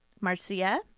Marcia